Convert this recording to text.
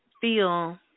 feel